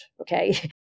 okay